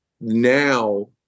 now